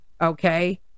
okay